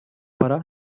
para